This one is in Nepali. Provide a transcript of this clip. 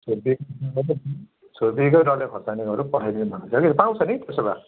छुर्पी र डल्ले खोर्सानी छुर्पी र डल्ले खोर्सानीहरू पनि पठाइदिनु भनेको छ कि पाउँछ नि त्यसो भए